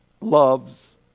loves